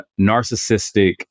narcissistic